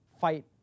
fight